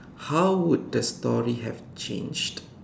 how would the story have changed